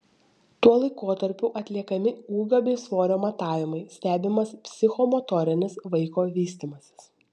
tuo laikotarpiu atliekami ūgio bei svorio matavimai stebimas psichomotorinis vaiko vystymasis